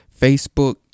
Facebook